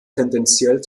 tendenziell